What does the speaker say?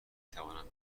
توانم